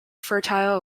fertile